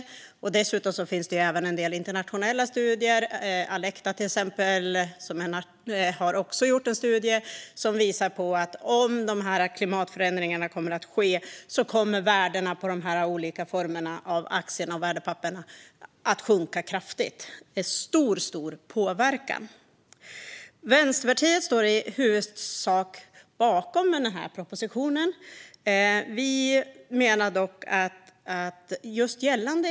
Dessutom finns det en del internationella studier. Alecta har gjort en studie som visar att om klimatförändringarna sker kommer värdena på olika aktier och värdepapper att sjunka kraftigt. Det blir stor påverkan. Vänsterpartiet står i huvudsak bakom propositionen.